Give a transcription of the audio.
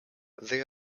they